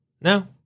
No